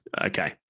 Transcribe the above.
okay